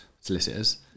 solicitors